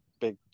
big